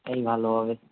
এই ভালো হবে